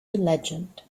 legend